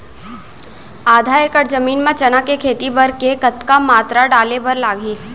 आधा एकड़ जमीन मा चना के खेती बर के कतका मात्रा डाले बर लागही?